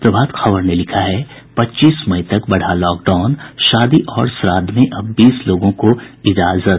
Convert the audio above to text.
प्रभात खबर ने लिखा है पच्चीस मई तक बढ़ा लॉकडाउन शादी और श्राद्व में अब बीस लोगों को इजाजत